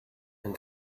and